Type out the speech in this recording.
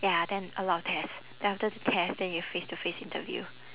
ya then a lot of tests then after the test then you have face to face interview